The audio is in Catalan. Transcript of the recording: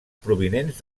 provinents